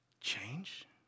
Change